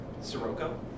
Sirocco